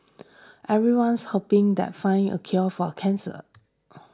everyone's hoping that find a cure for a cancer